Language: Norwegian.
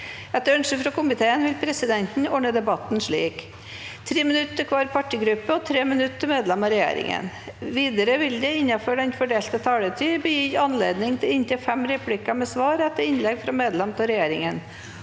kommunikasjonskomiteen vil presidenten ordne debatten slik: 3 minutter til hver partigruppe og 3 minutter til medlemmer av regjeringen. Videre vil det – innenfor den fordelte taletid – bli gitt anledning til inntil fem replikker med svar etter innlegg fra medlemmer av regjeringen,